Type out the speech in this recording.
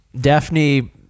Daphne